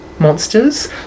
Monsters